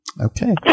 Okay